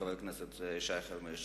חבר הכנסת שי חרמש?